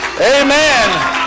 Amen